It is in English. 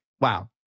wow